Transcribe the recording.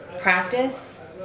practice